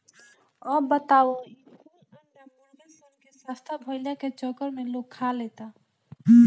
अब बताव ई कुल अंडा मुर्गा सन के सस्ता भईला के चक्कर में लोग खा लेता